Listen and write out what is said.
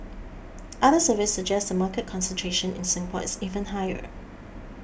other surveys suggest the market concentration in Singapore is even higher